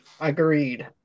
Agreed